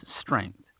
strength